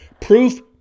Proof